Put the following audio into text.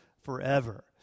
Forever